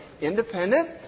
independent